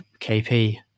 KP